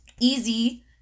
easy